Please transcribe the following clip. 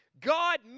God